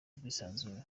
ubwisanzure